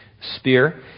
spear